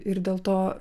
ir dėl to